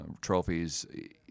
trophies